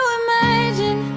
imagine